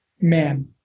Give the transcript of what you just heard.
man